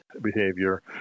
behavior